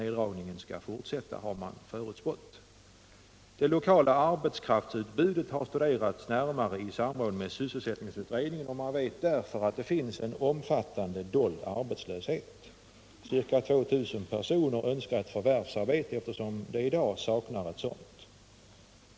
Neddragningen skall fortsätta, har man förutspått. Det lokala arbetskraftsutbudet har studerats närmare i samråd med sysselsättningsutredningen, och man vet därför att det finns en omfattande dold arbetslöshet. Ca 2 000 personer önskar förvärvsarbete, som de i dag saknar.